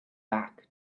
back